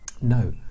no